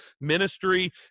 ministry